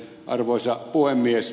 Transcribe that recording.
arvoisa puhemies